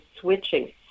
switching